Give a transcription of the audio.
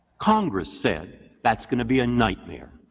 congress said that's going to be a nightmare.